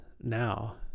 now